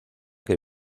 que